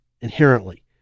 inherently